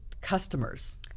Customers